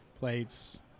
plates